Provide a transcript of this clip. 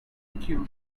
queue